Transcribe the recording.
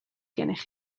gennych